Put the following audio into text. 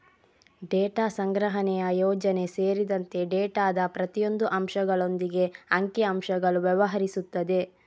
data ಸಂಗ್ರಹಣೆಯ ಯೋಜನೆ ಸೇರಿದಂತೆ ಡೇಟಾದ ಪ್ರತಿಯೊಂದು ಅಂಶಗಳೊಂದಿಗೆ ಅಂಕಿ ಅಂಶಗಳು ವ್ಯವಹರಿಸುತ್ತದೆ